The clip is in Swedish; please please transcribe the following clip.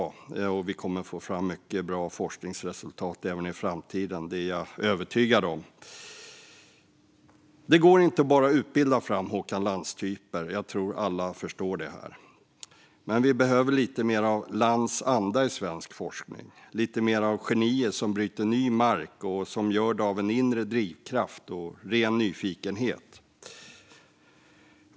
Jag är övertygad om att vi kommer att få fram mycket bra forskningsresultat även i framtiden. Det går inte att bara utbilda fram Håkan Lans-typer. Jag tror att alla här förstår det. Men vi behöver lite mer av Lans anda i svensk forskning, lite mer av genier som bryter ny mark och som gör det av en inre drivkraft och ren nyfikenhet.